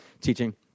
teaching